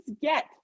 get